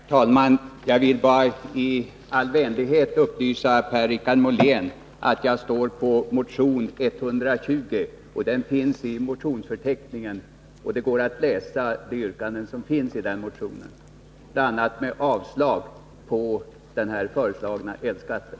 Herr talman! Jag vill bara i all vänlighet upplysa Per-Richard Molén om att mitt namn står under motion 120. Den är upptagen i motionsförteckningen. Det går att läsa de yrkanden som finns i den motionen, bl.a. om avslag på den föreslagna elskatten.